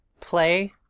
Play